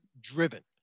driven